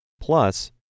Plus